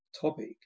topic